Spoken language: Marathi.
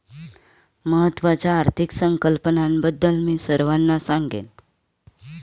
महत्त्वाच्या आर्थिक संकल्पनांबद्दल मी सर्वांना सांगेन